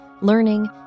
learning